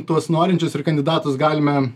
tuos norinčius ir kandidatus galime